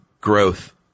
growth